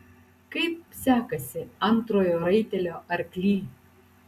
kaip sekasi antrojo raitelio arkly